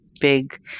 big